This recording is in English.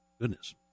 Goodness